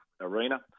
arena